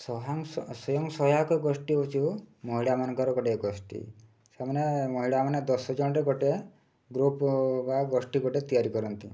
ସ୍ଵୟଂସହାୟକ ଗୋଷ୍ଠୀ ହେଉଛି ମହିଳାମାନଙ୍କର ଗୋଟିଏ ଗୋଷ୍ଠୀ ସେମାନେ ମହିଳାମାନେ ଦଶ ଜଣରେ ଗୋଟେ ଗ୍ରୁପ୍ ବା ଗୋଷ୍ଠୀ ଗୋଟେ ତିଆରି କରନ୍ତି